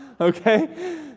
Okay